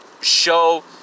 show